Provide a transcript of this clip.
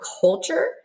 culture